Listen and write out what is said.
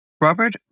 Robert